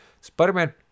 Spider-Man